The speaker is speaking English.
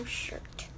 shirt